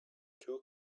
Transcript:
two